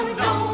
no